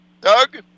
Doug